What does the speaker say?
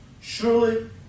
Surely